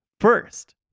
first